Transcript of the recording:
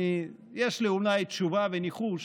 יש לי אולי תשובה וניחוש,